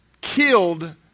killed